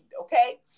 okay